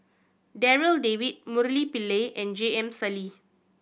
Darryl David Murali Pillai and J M Sali